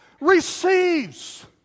receives